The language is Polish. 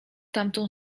tamtą